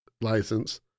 license